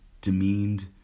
demeaned